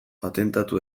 patentatu